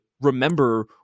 remember